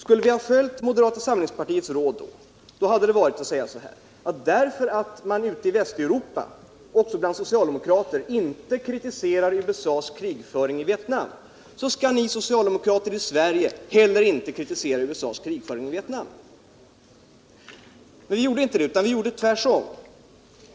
Skulle vi ha följu moderata samlingspartiets råd hade vi sagt ungefär så här: När socialdemokrater i Västeuropa inte kritiserar USA:s krigföring i Vietnam, så skall vi svenska socialdemokrater inte heller göra det. Nu gjorde vi inte så, utan precis tvärtom.